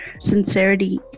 sincerity